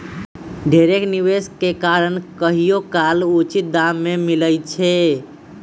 ढेरेक निवेश के कारण कहियोकाल उचित दाम न मिलइ छै